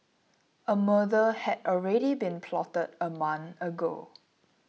a murder had already been plotted a month ago